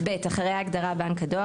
אחרי ההגדרה "בנק הדואר"